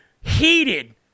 heated